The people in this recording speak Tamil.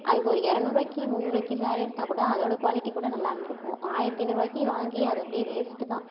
அதுக்கு ஒரு இரநூறுவாய்க்கி முந்நூறுவாய்க்கு சாரீ எடுத்தால்கூட அதோட குவாலிட்டிக்கூட நல்லா இருந்துருக்கும் ஆயிரத்து ஐநூறுவாய்க்கு வாங்கி அது அப்படியே வேஸ்ட்டு தான்